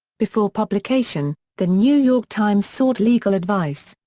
before publication, the new york times sought legal advice.